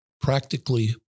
practically